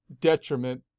detriment